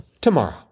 tomorrow